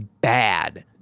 bad